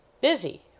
Busy